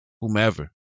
whomever